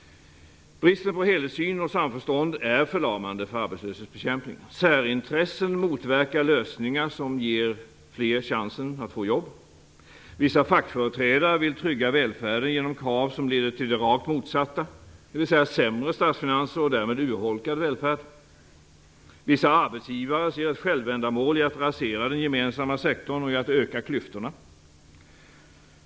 Bristen på helhetssyn och samförstånd är förlamande för arbetslöshetsbekämpningen. Särintressen motverkar lösningar som ger fler chansen att få jobb. Vissa fackföreträdare vill trygga välfärden genom krav som leder till det rakt motsatta, dvs. sämre statsfinanser och därmed utholkad välfärd. Vissa arbetsgivare ser ett självändamål i att rasera den gemensamma sektorn och öka klyftorna.